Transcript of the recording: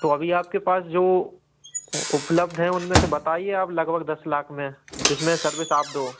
तो अभी आपके पास जो उपलब्ध हैं उनमें से बताइए आप लगभग दस लाख में जिस में सर्विस आप दो